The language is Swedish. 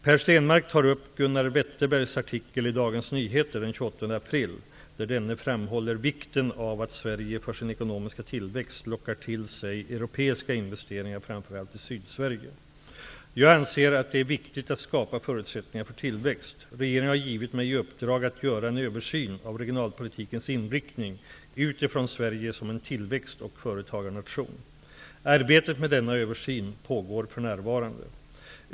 Per Stenmarck tar upp Gunnar Wetterbergs artikel i Dagens Nyheter den 28 april, där denne framhåller vikten av att Sverige för sin ekonomiska tillväxt lockar till sig europeiska investeringar framför allt i Sydsverige. Jag anser att det är viktigt att skapa förutsättningar för tillväxt. Regeringen har givit mig i uppdrag att göra en översyn av regionalpolitikens inriktning utifrån Sverige som en tillväxt och företagarnation. Arbetet med denna översyn pågår för närvarande.